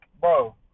Bro